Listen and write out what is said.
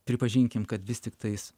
pripažinkim kad vis tiktais